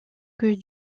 que